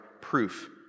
proof